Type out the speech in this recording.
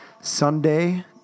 Sunday